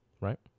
Right